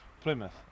Plymouth